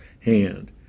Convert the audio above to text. hand